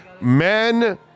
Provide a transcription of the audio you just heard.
Men